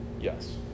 Yes